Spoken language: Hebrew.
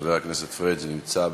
חבר הכנסת פריג' נמצא.